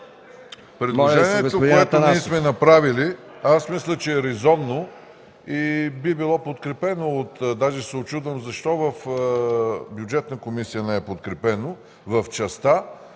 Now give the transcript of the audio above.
предложението, което ние сме направили, мисля, че е резонно и би било подкрепено. Даже се учудвам защо в Бюджетната комисия не е подкрепено в частта